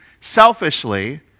selfishly